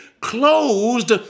closed